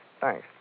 Thanks